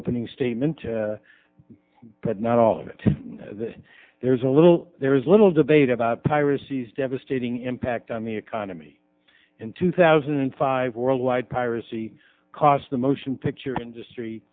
opening statement but not all of it that there's a little there is little debate about piracies devastating impact on the economy in two thousand and five worldwide piracy costs the motion picture industry